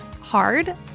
hard